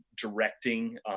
directing